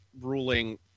ruling